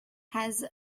has